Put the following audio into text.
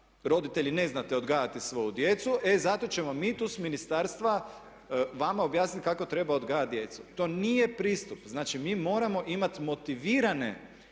roditelji ne znate odgajati svoju djecu, e zato ćemo mi tu s ministarstva vama objasniti kako treba odgajat djecu. To nije pristup. Znači, mi moramo imati motivirane